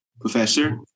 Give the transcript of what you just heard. professor